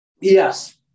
Yes